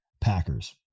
Packers